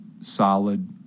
solid